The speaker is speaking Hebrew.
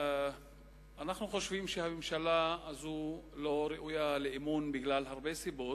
אנחנו חושבים שהממשלה הזאת לא ראויה לאמון בגלל הרבה סיבות,